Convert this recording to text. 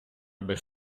без